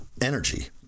energy